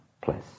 place